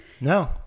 No